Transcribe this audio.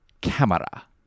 Camera